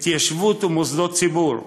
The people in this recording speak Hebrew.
התיישבות ומוסדות ציבור,